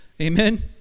Amen